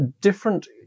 different